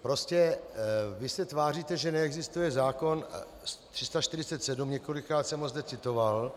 Prostě vy se tváříte, že neexistuje zákon 347, několikrát jsem ho zde citoval.